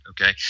okay